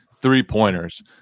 three-pointers